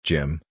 Jim